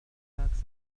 halifax